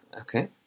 Okay